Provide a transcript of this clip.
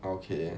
okay